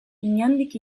inondik